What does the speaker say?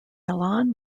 milan